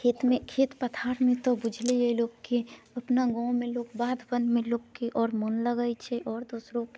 खेतमे खेत पथारमे तऽ बुझले यऽ लोककेँ अपना गाँव मे लोक बाधबनमे लोककेँ आओर मन लगैत छै आओर दोसरोके